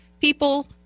people